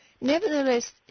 Nevertheless